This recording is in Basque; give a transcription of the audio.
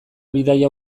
bidaia